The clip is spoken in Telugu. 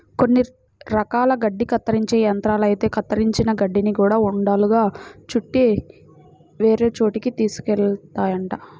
కొన్ని రకాల గడ్డి కత్తిరించే యంత్రాలైతే కత్తిరించిన గడ్డిని గూడా ఉండలుగా చుట్టి వేరే చోటకి తీసుకెళ్తాయంట